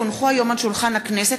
כי הונחו היום על שולחן הכנסת,